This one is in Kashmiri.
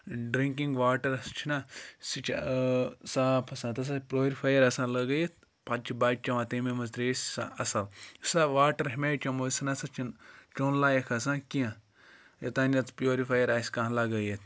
ڈِرٛنٛکِنگ واٹرس چھُنہ سُہ چھُ صاف آسان تَتھ ہَسا چھِ پیورِفَیَر آسان لَگٲیِتھ پَتہٕ چھِ بَچہِ چٮ۪وان تَمے منٛز ترٛیش سُہ سۄ اَصٕل یُس ہَسا واٹَر ہٮ۪مہِ چٮ۪مو سُہ نہ سا چھُنہٕ چون لایق آسان کیٚنٛہہ یوٚتانۍ یَتھ پیورِفایر آسہِ کانٛہہ لَگٲیِتھ